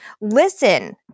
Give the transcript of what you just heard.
Listen